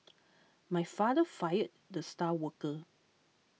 my father fired the star worker